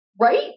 right